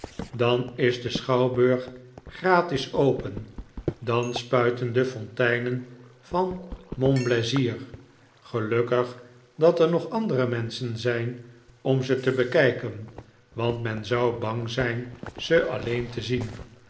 dan is de schouwburg gratis open dan spuiten de fonteinen van monblaisir gelukkig dat er nog andere menschen zijn om ze te bekijken want men zou bang zijn ze alleen te zien